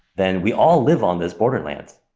then we all live on this borderlands.